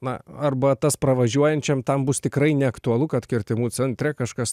na arba tas pravažiuojančiam ten bus tikrai neaktualu kad kirtimų centre kažkas